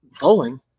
Bowling